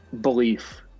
belief